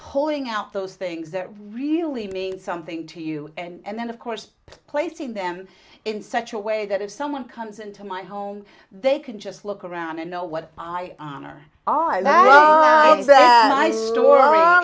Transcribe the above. pulling out those things that really mean something to you and then of course placing them in such a way that if someone comes into my home they can just look around and know what i honor o